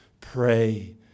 pray